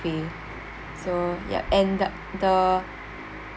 buffet so ya and the the